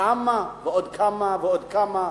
כמה ועוד כמה ועוד כמה,